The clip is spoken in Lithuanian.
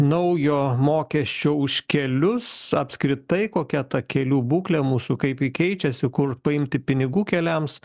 naujo mokesčio už kelius apskritai kokia ta kelių būklė mūsų kaip ji keičiasi kur paimti pinigų keliams